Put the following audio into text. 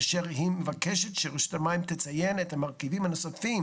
כאשר היא מבקשת שרשות המים תציין את המרכיבים הנוספים